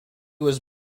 was